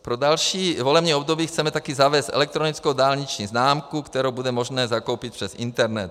Pro další volební období chceme také zavést elektronickou dálniční známku, kterou bude možné zakoupit přes internet.